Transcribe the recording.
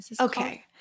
Okay